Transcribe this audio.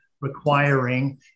requiring